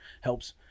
helps